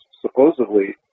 supposedly